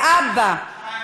להבא,